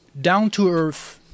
down-to-earth